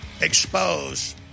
expose